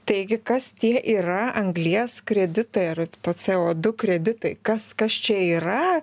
taigi kas tie yra anglies kreditai ar to ce o du kreditai kas kas čia yra